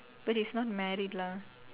but he's not married lah